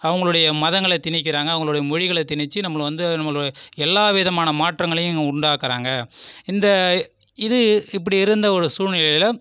அவர்களுடைய மதங்களை திணிக்கிறாங்க அவர்களோட மொழிகளை திணிச்சு நம்மளை வந்து நம்மளுடைய எல்லா விதமான மாற்றங்களையும் உண்டாக்குறாங்க இந்த இது இப்படி இருந்த ஒரு சூழ்நிலையில்